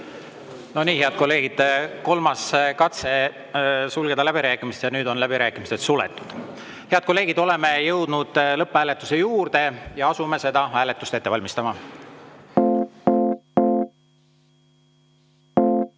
No nii, head kolleegid, kolmas katse sulgeda läbirääkimised. Nüüd on läbirääkimised suletud. Head kolleegid, oleme jõudnud lõpphääletuse juurde ja asume seda ette valmistama.